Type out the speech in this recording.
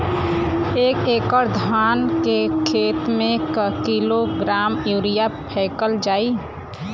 एक एकड़ धान के खेत में क किलोग्राम यूरिया फैकल जाई?